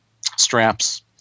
straps